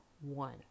one